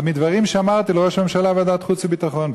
על דברים שאמרתי לראש הממשלה בוועדת החוץ והביטחון.